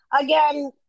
again